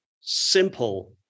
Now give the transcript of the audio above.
simple